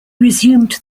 resumed